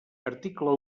article